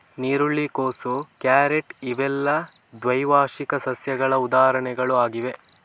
ನೀರುಳ್ಳಿ, ಕೋಸು, ಕ್ಯಾರೆಟ್ ಇವೆಲ್ಲ ದ್ವೈವಾರ್ಷಿಕ ಸಸ್ಯಗಳ ಉದಾಹರಣೆಗಳು ಆಗಿವೆ